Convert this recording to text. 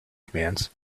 commands